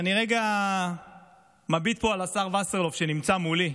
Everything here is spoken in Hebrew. אני רגע מביט פה על השר וסרלאוף, שנמצא מולי.